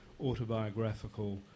autobiographical